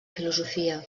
filosofia